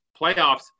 Playoffs